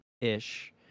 ish